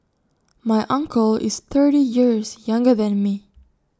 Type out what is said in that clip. my uncle is thirty years younger than me